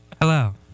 Hello